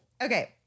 Okay